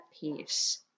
peace